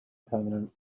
permanent